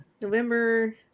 november